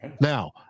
Now